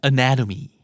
Anatomy